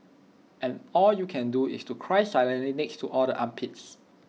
and all you can do is to cry silently next to all the armpits